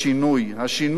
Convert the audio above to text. השינוי, נו, זה,